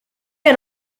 and